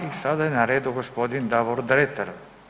I sada je na redu gospodin Davor Dretar.